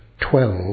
twelve